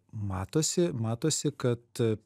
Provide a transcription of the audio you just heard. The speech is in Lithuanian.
matosi matosi kad